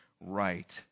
right